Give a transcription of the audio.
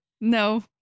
No